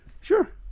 sure